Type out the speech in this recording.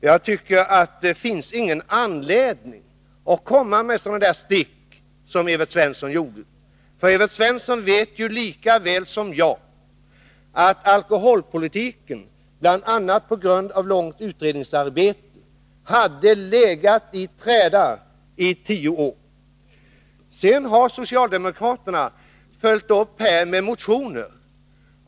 Jag tycker att det inte finns någon anledning att komma med sådana här stick som Evert Svensson gjorde, för Evert Svensson vet lika väl som jag att alkoholpolitiken, bl.a. på grund av långt utredningsarbete, hade legat i träda i tio år. Socialdemokraterna har följt upp detta med motioner.